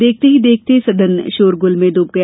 देखते ही देखते सदन शोरगुल में डूब गया